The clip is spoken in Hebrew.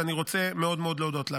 ואני רוצה מאוד מאוד להודות לה.